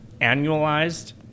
annualized